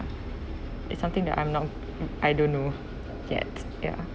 it's something that I'm not I don't know yet ya